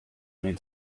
need